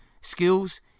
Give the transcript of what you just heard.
skills